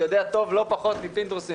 יודע טוב לא פחות מפינדרוס,